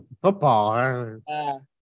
football